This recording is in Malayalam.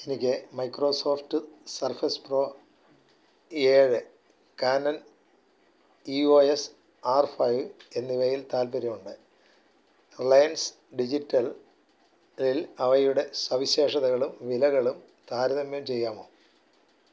എനിക്ക് മൈക്രോസോഫ്റ്റ് സർഫെസ് പ്രോ ഏഴ് Canon E O S R five എന്നിവയിൽ താൽപ്പര്യമുണ്ട് റിലയൻസ് ഡിജിറ്റൽ ഇൽ അവയുടെ സവിശേഷതകളും വിലകളും താരതമ്യം ചെയ്യാമോ